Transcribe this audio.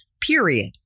Period